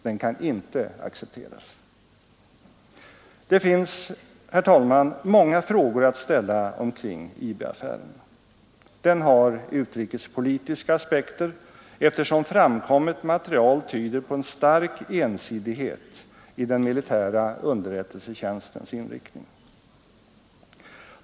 Den kan icke accepteras. Det finns, herr talman, många frågor att ställa omkring IB-affären. Den har utrikespolitiska aspekter, eftersom framkommet material tyder på en stark ensidighet i den militära underrättelsetjänstens inriktning.